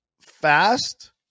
fast